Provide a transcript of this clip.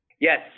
Yes